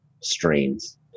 strains